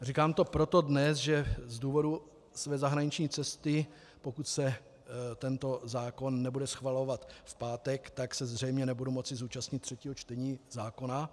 Říkám to proto dnes, že z důvodu své zahraniční cesty, pokud se tento zákon nebude schvalovat v pátek, tak se zřejmě nebudu moci zúčastnit třetího čtení zákona.